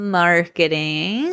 marketing